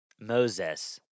Moses